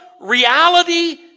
reality